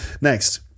Next